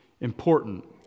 important